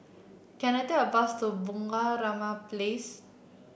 can I take a bus to Bunga Rampai Place